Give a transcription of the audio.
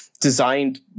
designed